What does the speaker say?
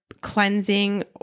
cleansing